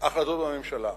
החלטות בממשלה?